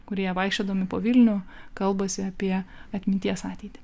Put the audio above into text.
kurie vaikščiodami po vilnių kalbasi apie atminties ateitį